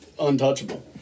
untouchable